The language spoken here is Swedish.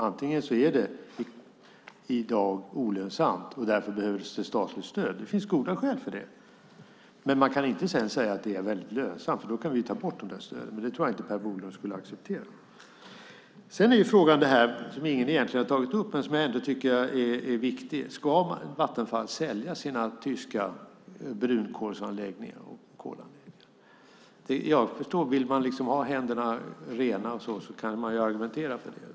Antingen är det olönsamt och behöver statligt stöd, vilket det finns goda skäl för. Eller så är det lönsamt, och då kan vi ta bort stöden. Det tror jag dock inte att Per Bolund skulle acceptera. Det finns en fråga som ingen har tagit upp men som är viktig. Ska Vattenfall sälja sina tyska brun och stenkolsanläggningar? Vill man ha händerna rena kan man argumentera för det.